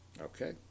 Okay